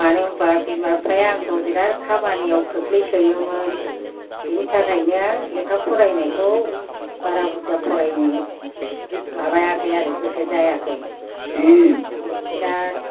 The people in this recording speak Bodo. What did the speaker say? मानो होनबा बिमा बिफाया आंखौ बिराद खामानियाव खोख्लैसोयोमोन बिनि थाखायनो लेखा फरायनायखौ बारा बुरजा फरायनो माबायाखै आरो गोसो जायाखै बिराद